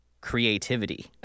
creativity